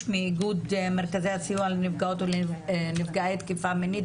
מאיגוד מרכזי הסיוע לנפגעות ונפגעי תקיפה מינית,